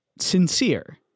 Sincere